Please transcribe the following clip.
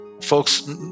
folks